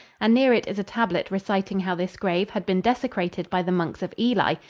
and near it is a tablet reciting how this grave had been desecrated by the monks of ely,